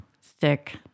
stick